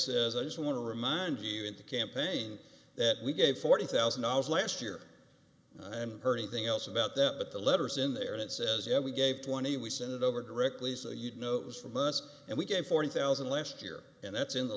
says i just want to remind you in the campaign that we gave forty thousand dollars last year and heard anything else about that but the letters in there it says yeah we gave twenty we sent it over directly so you'd know it was from us and we gave forty thousand last year and that's in